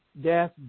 death